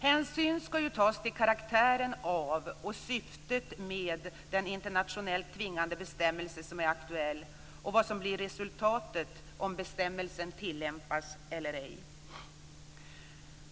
Hänsyn skall tas till karaktären av och syftet med den internationellt tvingande bestämmelse som är aktuell och vad som kan bli resultatet om bestämmelsen tillämpas eller ej.